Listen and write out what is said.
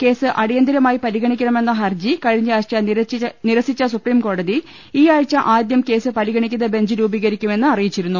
case അടിയന്ത രമായി പരിഗണിക്കണമെന്ന ഹർജി കഴിഞ്ഞയാഴ്ച നിരസിച്ച സുപ്രീംകോടതി ഈ ആഴ്ച ആദ്യം കേസ് പരിഗണിക്കുന്ന ബെഞ്ച് രൂപീകരിക്കുമെന്ന് അറിയിച്ചിരുന്നു